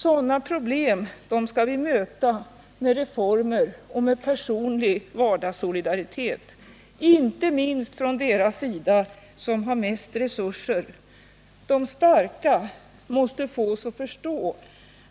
Sådana problem skall vi i stället möta med reformer och med personlig vardagssolidaritet, inte minst från deras sida som har mest resurser. De starka måste fås att förstå